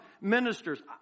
ministers